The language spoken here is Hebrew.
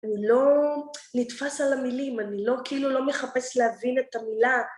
הוא לא נתפס על המילים, אני לא כאילו לא מחפש להבין את המילה.